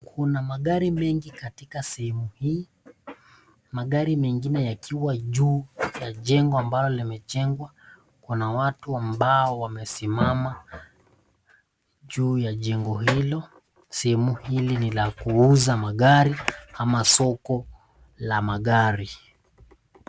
Kuna magari mengi katika sehemu hii. Magari mengine yakiwa juu ya jengo ambalo limejengwa, kuna watu ambao wamesimama juu ya jengo hilo, sehemu hili ni ya kuuza magari ama soko la magari.